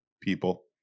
people